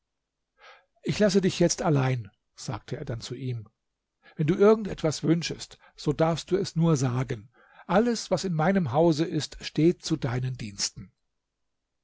ich lasse dich jetzt allein sagte er dann zu ihm wenn du irgend etwas wünschest so darfst du es nur sagen alles was in meinem hause ist steht zu deinen diensten